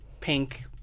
pink